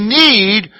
need